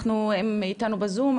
הם איתנו בזום,